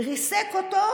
ריסק אותו,